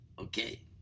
Okay